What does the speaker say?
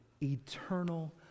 eternal